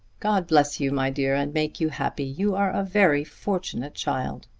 god bless you, my dear, and make you happy. you are a very fortunate child.